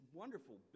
wonderful